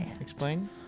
Explain